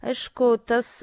aišku tas